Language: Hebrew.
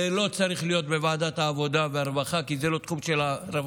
זה לא צריך להיות בוועדת העבודה והרווחה כי זה לא תחום של הרווחה,